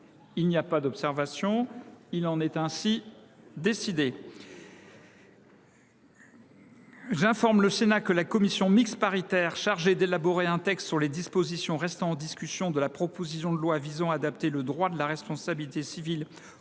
Il n’y a pas d’observations ? Il en est ainsi décidé. J’informe le Sénat que la commission mixte paritaire chargée d’élaborer un texte sur les dispositions restant en discussion de la proposition de loi visant à adapter le droit de la responsabilité civile